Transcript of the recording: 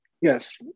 yes